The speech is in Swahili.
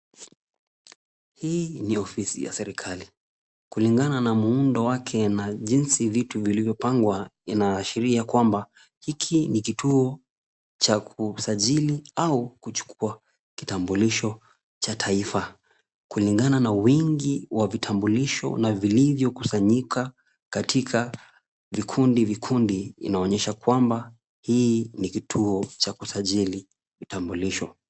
Hii ni ofisi ya serikali. Kulingana na muundo wake na jinsi vitu vilivyopangwa inaashiria kwamba hiki ni kituo cha kusajili au kuchukua kitambulisho cha taifa. Kulingana na wingi wa vitambulisho na vilivyokusanyika katika vikundi vikundi inaonyesha kwamba hii ni kituo cha kusajili vitambulisho.